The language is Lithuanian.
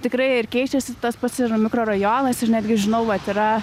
tikrai ir keičiasi tas pats ir mikrorajonas ir netgi žinau vat yra